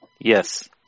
Yes